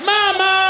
Mama